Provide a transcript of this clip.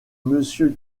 monsieur